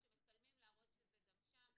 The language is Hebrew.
הם מצלמים להראות שזה גם שם.